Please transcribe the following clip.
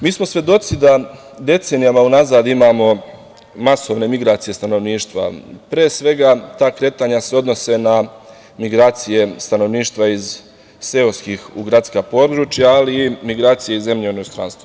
Mi smo svedoci da decenijama unazad imamo masovne migracije stanovništva, pre svega ta kretanja se odnose na migracije stanovništva iz seoskih u gradska područja, ali i migracije iz zemlje u inostranstvo.